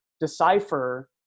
decipher